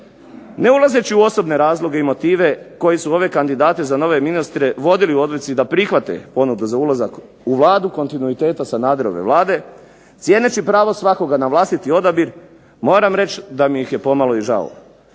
Ne ulazeći u osobne razloge i motive, koji su ove kandidate za nove ministre vodili u odluci da prihvate ponudu za ulazak u Vladu kontinuiteta Sanaderove Vlade, cijeneći pravo svakoga na vlastiti odabir, moram reći da mi ih je pomalo i žao.